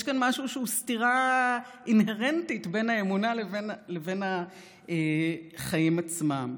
יש כאן משהו שהוא סתירה אינהרנטית בין האמונה לבין החיים עצמם.